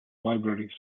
libraries